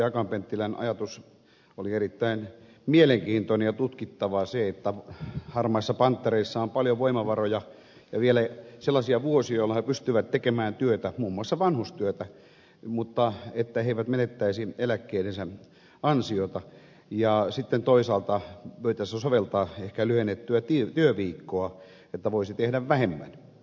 akaan penttilän ajatus oli erittäin mielenkiintoinen ja tutkittava se että harmaissa panttereissa on paljon voimavaroja ja vielä sellaisia vuosia joina he pystyvät tekemään työtä muun muassa vanhustyötä mutta he eivät menettäisi eläkkeidensä ansiota ja sitten toisaalta voitaisiin jo soveltaa ehkä lyhennettyä työviikkoa että voisi tehdä vähemmän